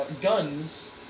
Guns